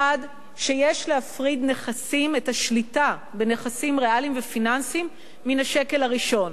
1. שיש להפריד את השליטה בנכסים ריאליים ופיננסיים מהשקל הראשון.